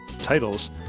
titles